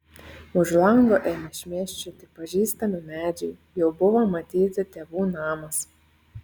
už lango ėmė šmėsčioti pažįstami medžiai jau buvo matyti tėvų namas